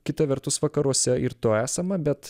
kita vertus vakaruose ir to esama bet